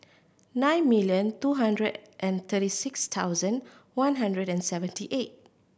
nine million two hundred and thirty six thousand one hundred and seventy eight